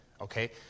okay